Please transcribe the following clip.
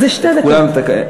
שתי דקות.